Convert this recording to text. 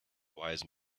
wise